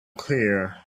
clear